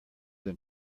than